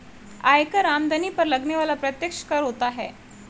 आयकर आमदनी पर लगने वाला प्रत्यक्ष कर होता है